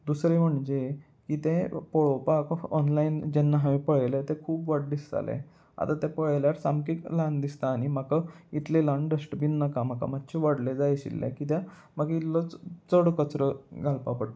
दुसरें म्हणजे की तें पळोवपाक ऑनलायन जेन्ना हांवें पळयलें तें खूब व्हड दिसतालें आतां तें पळयल्यार सामकी ल्हान दिसता आनी म्हाका इतलें ल्हान डस्टबीन नाका म्हाका मातशें व्हडले जाय आशिल्लें कित्याक म्हाका इलो चड कचरो घालपा पडटा